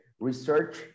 research